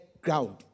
ground